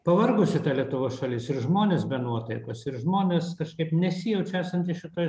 pavargusi lietuvos šalis ir žmonės be nuotaikos ir žmonės kažkaip nesijaučia esantys šitoje